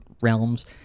realms